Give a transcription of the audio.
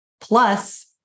plus